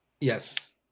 Yes